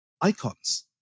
icons